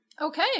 Okay